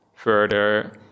Further